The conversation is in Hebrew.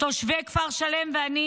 תושבי כפר שלם ובשמי